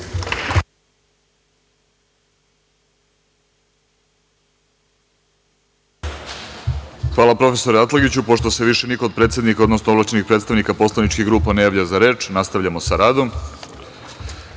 Hvala, profesore Atlagiću. Pošto se više niko od predsednika, odnosno ovlašćenih predstavnika poslaničkih grupa ne javlja za reč, nastavljamo sa